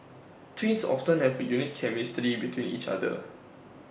twins often have A unique chemistry with each other